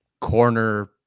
Corner